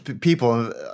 people